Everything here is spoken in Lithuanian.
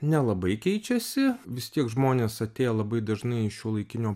nelabai keičiasi vis tiek žmonės atėję labai dažnai į šiuolaikinio